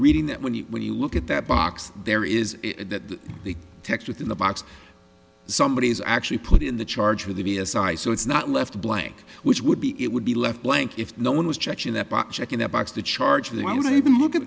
reading that when you when you look at that box there is that the text within the box somebody has actually put in the charge for the b s i so it's not left blank which would be it would be left blank if no one was chechen that by checking the box to charge them i wouldn't even look at